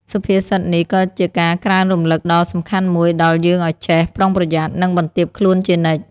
សុភាសិតនេះក៏ជាការក្រើនរំលឹកដ៏សំខាន់មួយដល់យើងឱ្យចេះ ប្រុងប្រយ័ត្ន និង បន្ទាបខ្លួនជានិច្ច។